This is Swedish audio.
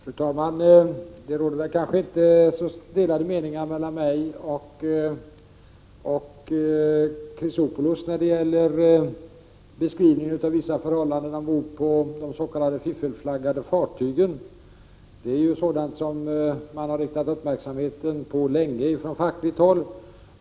Fru talman! Det råder nog inte delade meningar mellan mig och Alexander Chrisopoulos när det gäller beskrivningen av förhållandena ombord på de s.k. fiffelflaggade fartygen. Det är sådant som man från fackligt håll länge har haft uppmärksamheten riktad på.